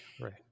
right